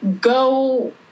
go